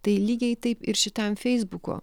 tai lygiai taip ir šitam feisbuko